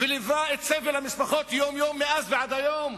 וליווה את סבל המשפחות יום-יום, מאז ועד היום.